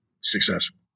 successful